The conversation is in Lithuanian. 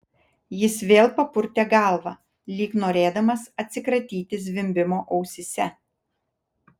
jis vėl papurtė galvą lyg norėdamas atsikratyti zvimbimo ausyse